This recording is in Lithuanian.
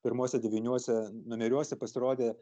pirmuose devyniuose numeriuose pasirodė